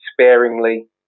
sparingly